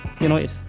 United